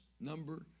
number